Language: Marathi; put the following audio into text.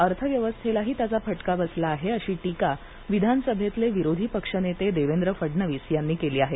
अर्थव्यवस्थेलाही त्याचा फटका बसला आहे अशी टीका विधानसभेतले विरोधी पक्षनेते देवेंद्र फडणवीस यांनी केली आहे